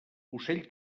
ocell